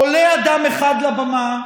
עולה אדם אחד לבמה,